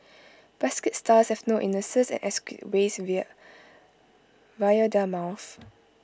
basket stars have no anuses and excrete waste via via their mouths